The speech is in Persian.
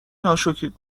ناشکرید